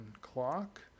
clock